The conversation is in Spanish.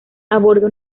aborda